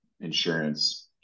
insurance